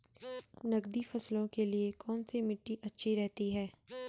नकदी फसलों के लिए कौन सी मिट्टी अच्छी रहती है?